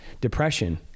depression